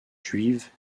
juives